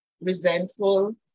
resentful